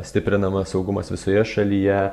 stiprinamas saugumas visoje šalyje